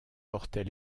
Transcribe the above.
portait